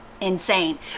insane